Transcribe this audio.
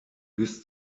bis